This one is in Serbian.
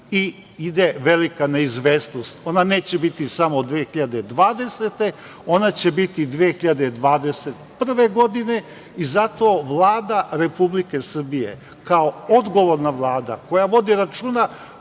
i ide velika neizvesnost. Ona neće biti samo 2020. godine, ona će biti 2021. godine i zato Vlada Republike Srbije, kao odgovorna Vlada koja vodi računa